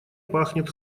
пахнет